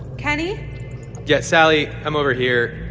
kenny yeah, sally, i'm over here.